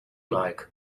like